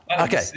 Okay